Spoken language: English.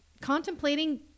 contemplating